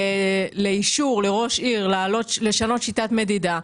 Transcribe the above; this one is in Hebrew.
לאישור שינוי שיטת מדידה,